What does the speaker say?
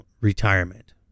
retirement